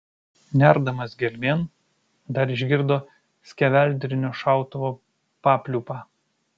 nerdamas gelmėn dar išgirdo skeveldrinio šautuvo papliūpą